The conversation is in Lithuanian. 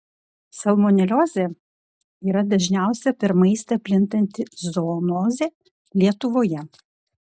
salmoneliozė yra dažniausia per maistą plintanti zoonozė lietuvoje